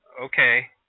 okay